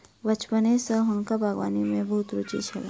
बचपने सॅ हुनका बागवानी में बहुत रूचि छलैन